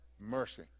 mercy